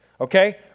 Okay